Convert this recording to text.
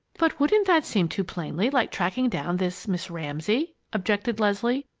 but wouldn't that seem too plainly like tracking down this miss ramsay? objected leslie,